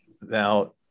now